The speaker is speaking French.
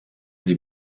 des